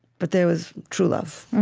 but there was true love